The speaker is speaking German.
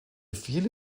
viele